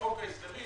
בחוק ההסדרים